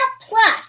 plus